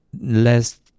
less